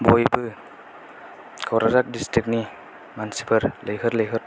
बयबो कक्राझार डिसट्रिक नि मानसिफोर लैहोर लैहोर